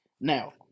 Now